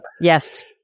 Yes